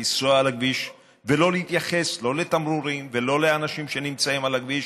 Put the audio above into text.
לנסוע על הכביש ולא להתייחס לא לתמרורים ולא לאנשים שנמצאים על הכביש,